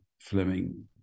Fleming